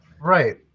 Right